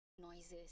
noises